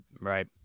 Right